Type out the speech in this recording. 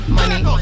money